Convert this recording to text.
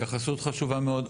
התייחסות חשובה מאוד.